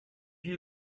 you